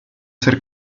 ser